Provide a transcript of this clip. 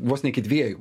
vos ne iki dviejų